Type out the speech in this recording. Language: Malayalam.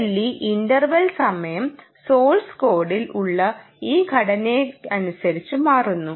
BLE ഇൻറ്റർവെൽ സമയം സോഴ്സ് കോഡിൽ ഉള്ള ഈ ഘടനയനുസരിച്ച് മാറുന്നു